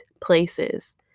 places